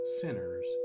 sinners